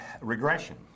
regression